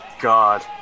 God